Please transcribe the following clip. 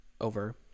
over